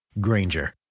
Granger